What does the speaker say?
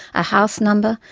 a house number,